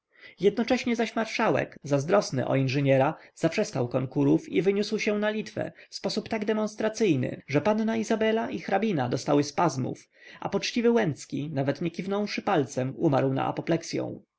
jednocześnie zaś marszałek zazdrosny o inżyniera zaprzestał konkurów i wyniósł się na litwę w sposób tak demonstracyjny że panna izabela i hrabina dostały spazmów a poczciwy łęcki nawet nie kiwnąwszy palcem umarł na